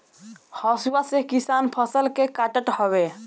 हसुआ से किसान फसल के काटत हवे